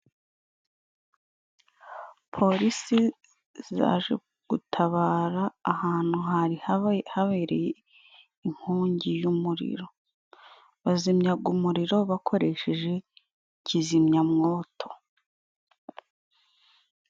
Polisi zaje gutabara ahantu hari habereye inkongi y'umuriro, bazimyaga umuriro bakoresheje kizimyamwoto.